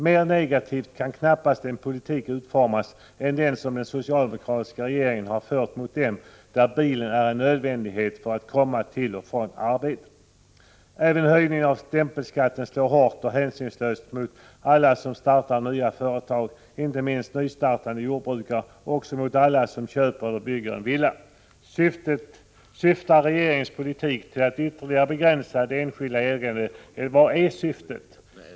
Mer negativt kan knappast en politik utformas än den som den socialdemokratiska regeringen har fört mot dem, för vilka bilen är en nödvändighet för att komma till och från arbetet. Även höjningen av stämpelskatten slår hårt och hänsynslöst mot alla som startar nya företag, inte minst nystartande jordbrukare, och också mot alla som köper eller bygger en villa. Syftar regeringens politik till att ytterligare begränsa det enskilda ägandet, eller vad är syftet?